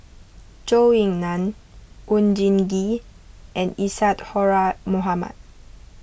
Zhou Ying Nan Oon Jin Gee and Isadhora Mohamed